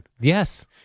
Yes